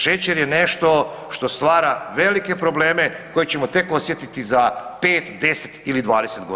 Šećer je nešto što stvara velike probleme koje ćemo tek osjetiti za 5, 10 ili 20